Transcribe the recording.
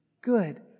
good